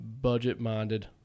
budget-minded